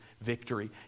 victory